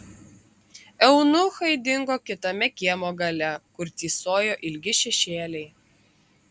eunuchai dingo kitame kiemo gale kur tįsojo ilgi šešėliai